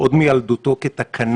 עוד מתקנה